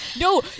no